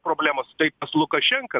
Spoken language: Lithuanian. problemos tai pas lukašenką